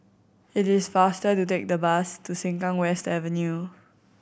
it is faster to take the bus to Sengkang West Avenue